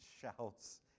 shouts